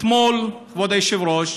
אתמול, כבוד היושב-ראש,